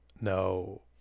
No